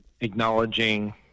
acknowledging